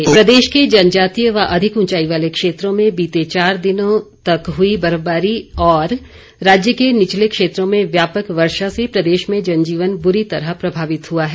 मौसम प्रदेश के जनजातीय व अधिक ऊंचाई वाले क्षेत्रों में बीते चार दिनों तक हुई बर्फबारी और राज्य के निचले क्षेत्रों में व्यापक वर्षा से प्रदेश में जनजीवन बुरी तरह प्रभावित हुआ है